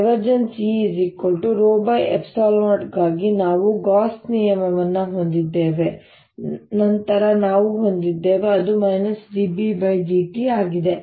E ρ ε0 ಗಾಗಿ ನಾವು Gauss ನ ನಿಯಮವನ್ನು ಹೊಂದಿದ್ದೇವೆ ನಂತರ ನಾವು ಹೊಂದಿದ್ದೇವೆ ಅದು d B d t ಆಗಿದೆ